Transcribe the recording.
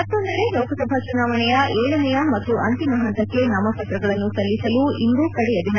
ಮತ್ತೊಂದೆಡೆ ಲೋಕಸಭಾ ಚುನಾವಣೆಯ ಏಳನೆಯ ಮತ್ತು ಅಂತಿಮ ಹಂತಕ್ಕೆ ನಾಮಪತ್ರಗಳನ್ನು ಸಲ್ಲಿಸಲು ಇಂದು ಕಡೆಯ ದಿನ